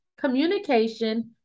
communication